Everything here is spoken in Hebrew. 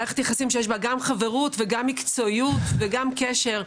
זו מערכת יחסים שיש בה גם חברות וגם מקצועיות וגם קשר.